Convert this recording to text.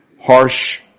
harsh